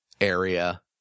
area